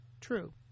True